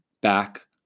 back